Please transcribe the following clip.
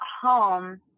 home